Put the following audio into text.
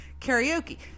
karaoke